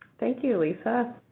thank you, lisa.